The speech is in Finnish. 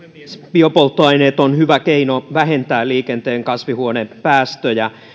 biopolttoaineet ovat hyvä keino vähentää liikenteen kasvihuonepäästöjä